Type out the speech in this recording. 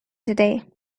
today